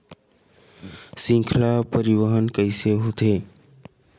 श्रृंखला परिवाहन कइसे होथे?